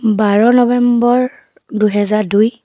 বাৰ November দুহেজাৰ দুই